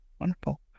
wonderful